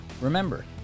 remember